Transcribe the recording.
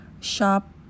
shop